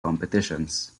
competitions